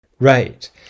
Right